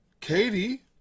katie